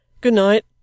Good-night